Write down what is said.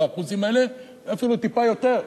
באחוזים האלה, אפילו טיפה יותר.